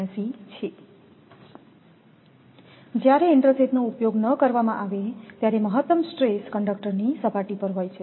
79 છે જ્યારે ઇન્ટરસેથેથનો ઉપયોગ ન કરવામાં આવે ત્યારે મહત્તમ સ્ટ્રેસ કંડક્ટરની સપાટી પર હોય છે